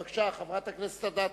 בבקשה, חברת הכנסת אדטו.